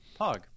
pog